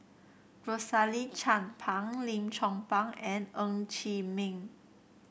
Rosaline Chan Pang Lim Chong Pang and Ng Chee Meng